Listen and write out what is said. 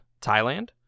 Thailand